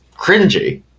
cringy